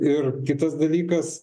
ir kitas dalykas